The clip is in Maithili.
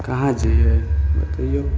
कहाँ जइयै बतइयौ